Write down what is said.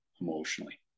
emotionally